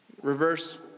reverse